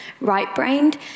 right-brained